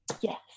Yes